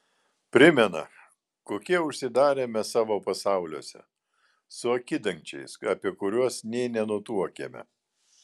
primena kokie užsidarę mes savo pasauliuose su akidangčiais apie kuriuos nė nenutuokiame